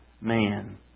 man